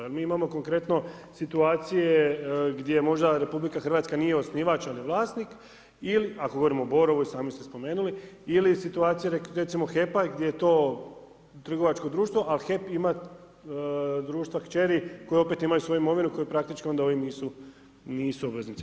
Jer mi imamo konkretno situacije gdje možda RH nije osnivač, al je vlasnik, ako govorimo o Borovu i sami ste spomenuli ili situacija recimo HEP-a gdje to trgovačko društvo, ali HEP ima društva kćeri koje opet imaju svoju imovinu koji praktički onda ovi nisu obveznici.